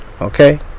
Okay